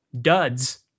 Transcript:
Duds